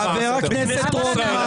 חבר הכנסת רוטמן,